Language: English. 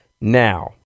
now